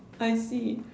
I see